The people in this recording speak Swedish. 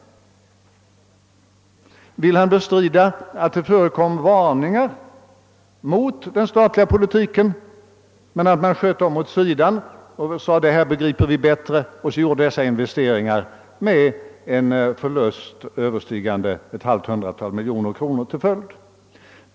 Vill statsrådet Wickman bestrida att det uttalades varningar för denna statliga politik och att regeringen sköt dem åt sidan och sade att det här begrep man själv bättre — med en förlust överstigande ett halvt hundratal miljoner som följd?